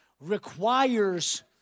requires